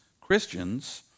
Christians